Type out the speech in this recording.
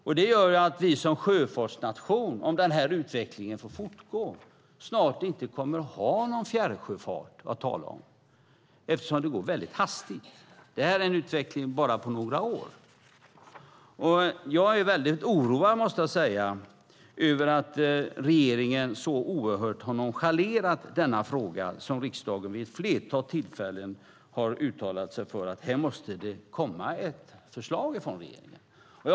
Om den här utvecklingen får fortgå betyder det att vi som sjöfartsnation snart inte kommer att ha någon fjärrsjöfart att tala om, eftersom det går väldigt hastigt. Det här är en utveckling på bara några år. Jag är väldigt oroad, måste jag säga, över att regeringen så oerhört har nonchalerat denna fråga. Riksdagen har vid ett flertal tillfällen uttalat sig för att det måste komma ett förslag från regeringen här.